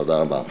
תודה רבה.